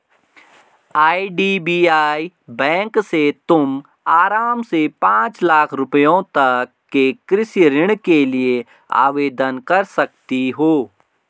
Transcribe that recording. IDBI bank से तुम आराम से पाँच लाख रुपयों तक के कृषि ऋण के लिए आवेदन कर सकती हो